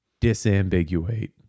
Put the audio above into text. disambiguate